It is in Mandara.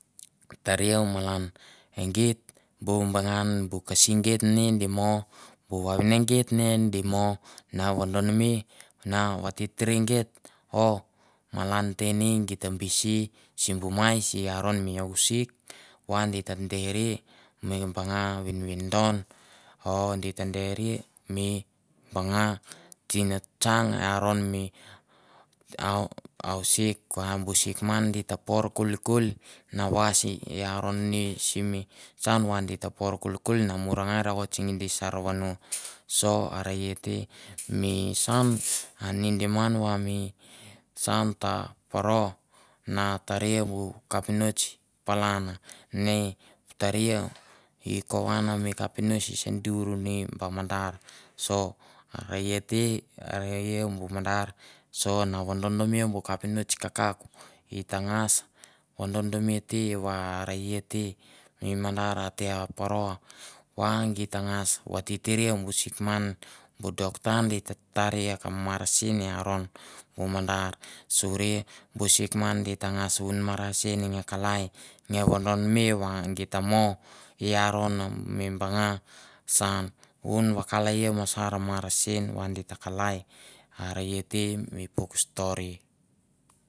Tari iau malan a geit bu bangan bu kasi geit ne gi me. bu vavine geit di mo na vodonme na vatiri geit o malan te ne geit ta bisi simbu mai si aron mi ousik va gi ta deri mi banga vinvindon odi ta dere mi banga tsimatsang ia ron mi au ausik va bu sikman di ta por kulikuil na morongai na ra kot siken di sar vono. So are i te mi saun a a nidim ngan va mi saun ta poro na taria bu kapinots palan ne taria kovana mi kapinots se dur ini ba madar. So are i te are in bu madar so na vadon mia bu kapinots kakauk i ta ngas vododomia te va are are i te mi madar ate poro va gi ta ngas vatitiria bu sik man bu docter di ta taria kam marasin i aron bu madar suri bu sikman di ta ngas un marasin nge kalai vodonme va gi ta mo i gron mi banga saun, un vakalia mosa marasin va di ta kalai, are te mi puk stori.